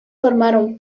formaron